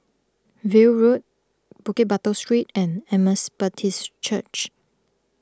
View Road Bukit Batok Street and Emmaus Baptist Church